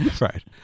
right